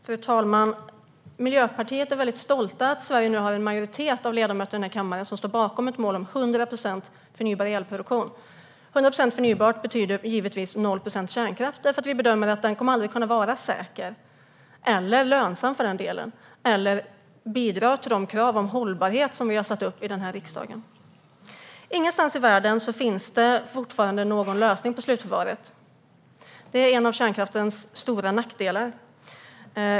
Fru talman! Miljöpartiet är väldigt stolt över att Sverige nu har en majoritet av ledamöter i denna kammare som står bakom ett mål om 100 procent förnybar elproduktion. 100 procent förnybart betyder givetvis 0 procent kärnkraft. Vi bedömer att den aldrig kommer att kunna vara säker, eller lönsam för den delen, eller bidra till de krav om hållbarhet som vi i riksdagen har satt upp. Det finns fortfarande inte någonstans i världen någon lösning på slutförvaret. Det är en av kärnkraftens stora nackdelar.